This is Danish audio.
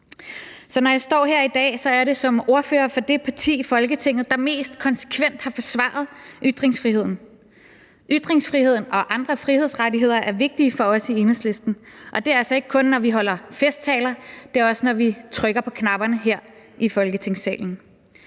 når jeg står her i dag, er det som ordfører for det parti i Folketinget, der mest konsekvent har forsvaret ytringsfriheden. Ytringsfriheden og andre frihedsrettigheder er vigtige for os i Enhedslisten, og det er altså ikke kun, når vi holder festtaler, men det er også, når vi trykker på knapperne her i Folketingssalen,